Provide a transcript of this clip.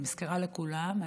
אני מזכירה לכולם,